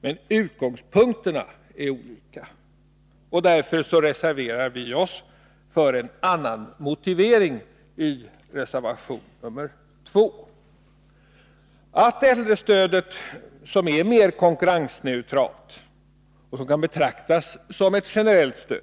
Men utgångspunkterna är olika. Därför reserverar vi oss för en annan motivering i reservation nr 2. Vi instämmer i att äldrestödet, som är mer konkurrensneutralt och som kan betraktas som ett generellt stöd,